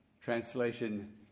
Translation